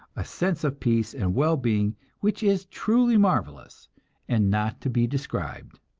a sense of peace and well-being which is truly marvelous and not to be described.